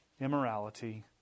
immorality